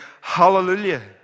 Hallelujah